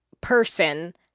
person